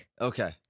Okay